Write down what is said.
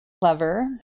Clever